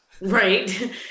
Right